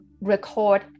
record